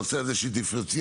הנושא של דיפרנציאליות.